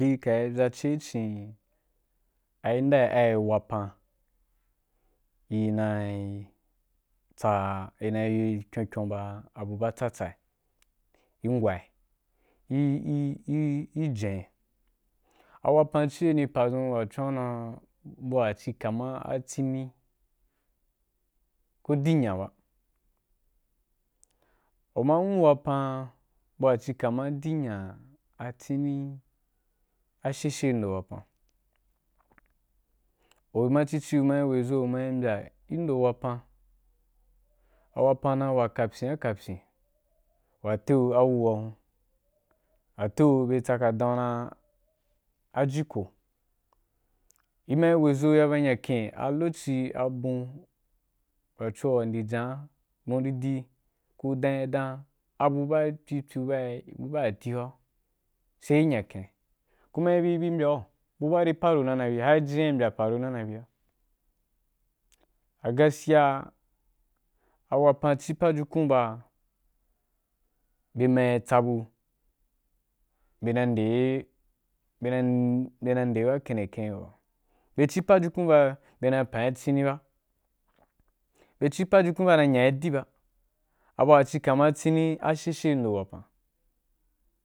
Iri kayi vyache icin, a yin aa ai wapan, iri naí tsauri na kyun kyun baabu ba tsatsai ki gwai ijen, a wapan ci wani padʒun wa cu wa na bu wa chi kama a tsini ku dinya ba i ma nwu wapan, bu wa ci kama dinya a tsini a she she in adon wapan, uyi uma ciciuma yì wezo umai mbya kin ndo wapan a wapn dan wa kapyin a wa kapyin, wa tewo a wuwa hun, a tewo bye tsaka dan wu ra a jiko, ima wezo ya ba nyaken a lokoci abun, wa cio wandin jan, muurdi, ku dan yi daiden a bu ba i pyupu ba i bu bai dati hora sai i nyaken, kumai bi mbya wu buba ri panunana bi hari jina paa na ina yo mbya gu. O gaskiya a wapan ci pajukun ba be mayi tsabu be na yi ndei, be na i nde be ba kiniken gi yo ba, be ci pajukun ba be na pa be tsini ba, be ci pajukun ba na aya be di ba, abu’a ci kama tsini a sheshe indo wapan.